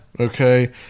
Okay